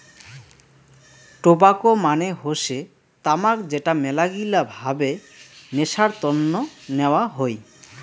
tobacco মানে হসে তামাক যেটা মেলাগিলা ভাবে নেশার তন্ন নেওয়া হই